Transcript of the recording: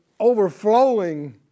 overflowing